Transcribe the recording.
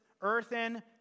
earthen